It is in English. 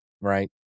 right